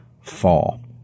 fall